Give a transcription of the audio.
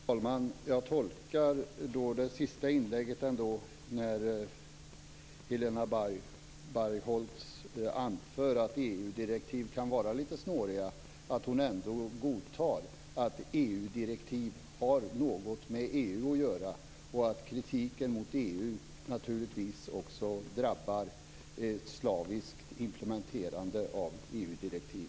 Fru talman! Jag tolkar det senaste inlägget, när Helena Bargholtz anför att EU-direktiv kan vara litet snåriga, som att hon ändå godtar att EU-direktiv har något med EU att göra och att kritiken mot EU naturligtvis också drabbar slaviskt implementerande av